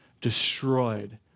destroyed